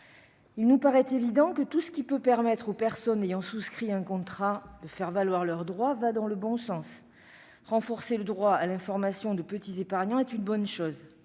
Il nous paraît évident que tout ce qui peut permettre aux personnes ayant souscrit un contrat de faire valoir leurs droits va dans le bon sens. Renforcer le droit à l'information de petits épargnants est une bonne chose.